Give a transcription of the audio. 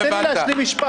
רגע, תן לי להשלים משפט.